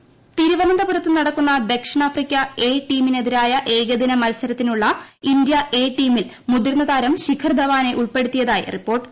ശിഖർ ധവാൻ തിരുനന്തപുരത്ത് നടക്കുന്ന ദക്ഷിണ്ണാഫ്രിക്ക എ ടീമിനെതിരായ ഏകദിന മത്സരത്തിനുള്ള ഇന്ത്യ മുതിർന്ന താരം ശിഖർ ധവാനെ ഉൾപ്പെടുത്തിയ്തായി റിപ്പോർട്ട്